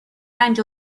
رنج